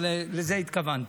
אבל לזה התכוונתי.